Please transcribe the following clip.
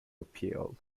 appeals